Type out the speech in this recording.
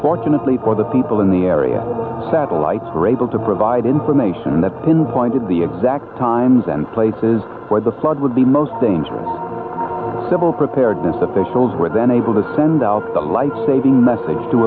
fortunately for the people in the area satellites were able to provide information that pinpointed the exact times and places where the flood would be most dangerous civil preparedness officials were then able to send out the life saving message to